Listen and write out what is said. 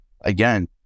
again